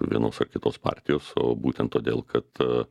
vienos ar kitos partijos o būtent todėl kad